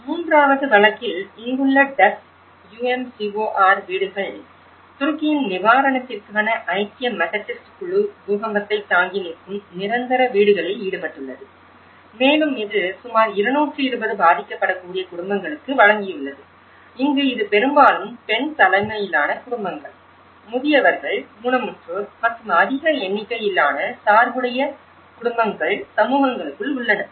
மூன்றாவது வழக்கில் இங்குள்ள டஸ் UMCOR வீடுகள் துருக்கியின் நிவாரணத்திற்கான ஐக்கிய மெதடிஸ்ட் குழு பூகம்பத்தை தாங்கி நிற்கும் நிரந்தர வீடுகளில் ஈடுபட்டுள்ளது மேலும் இது சுமார் 220 பாதிக்கப்படக்கூடிய குடும்பங்களுக்கு வழங்கியுள்ளது இங்கு இது பெரும்பாலும் பெண் தலைமையிலான குடும்பங்கள் முதியவர்கள் ஊனமுற்றோர் மற்றும் அதிக எண்ணிக்கையிலான சார்புடைய குடும்பங்கள் சமூகங்களுக்குள் உள்ளன